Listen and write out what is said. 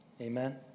Amen